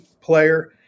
player